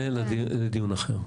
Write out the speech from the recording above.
זה לדיון אחר.